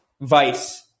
Vice